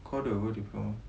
kau ada apa diploma